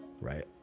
right